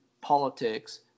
politics